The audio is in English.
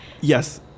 Yes